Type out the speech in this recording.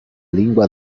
lingua